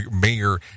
Mayor